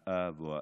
שבה האב או האם,